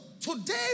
today